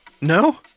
No